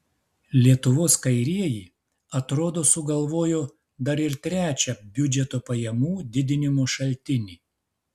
lietuvos kairieji atrodo sugalvojo dar ir trečią biudžeto pajamų didinimo šaltinį